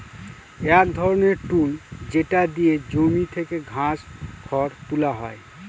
এক ধরনের টুল যেটা দিয়ে জমি থেকে ঘাস, খড় তুলা হয়